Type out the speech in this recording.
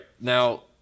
now